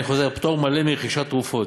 אני חוזר: פטור מלא ברכישת תרופות.